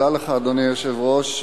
אדוני היושב-ראש,